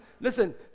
listen